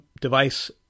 device